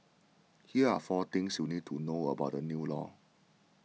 here are four things you need to know about the new law